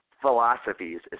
philosophies